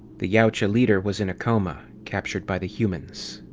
the yautja leader was in a coma, captured by the humans.